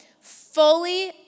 fully